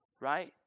right